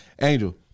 Angel